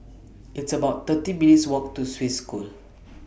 It's about thirty minutes' Walk to Swiss School